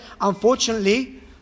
unfortunately